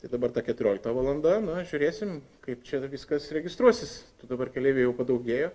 tai dabar ta keturiolikta valanda na žiūrėsim kaip čia viskas registruosis tų dabar keleivių jau padaugėjo